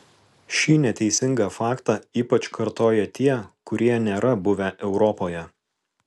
šį neteisingą faktą ypač kartoja tie kurie nėra buvę europoje